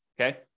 okay